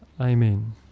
amen